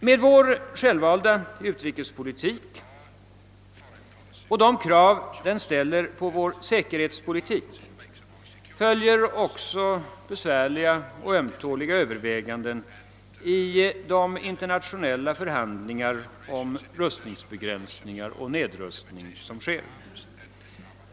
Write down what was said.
Med vår självvalda utrikespolitik och de krav som den ställer på vår säkerhetspolitik följer också besvärliga och ömtåliga överväganden i de internationella förhandlingar om rustningsbegränsningar och nedrustning som förs.